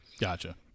Gotcha